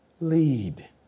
lead